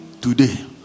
today